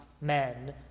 men